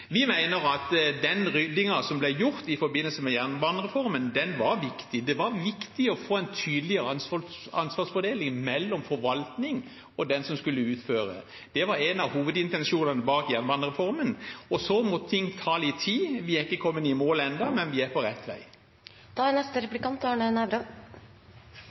Vi mener at den ryddingen som ble gjort i forbindelse med jernbanereformen, var viktig. Det var viktig å få en tydeligere ansvarsfordeling mellom forvaltning og den som skulle utføre. Det var en av hovedintensjonene bak jernbanereformen. Så må ting ta litt tid – vi er ikke kommet i mål ennå, men vi er på rett